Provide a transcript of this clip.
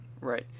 Right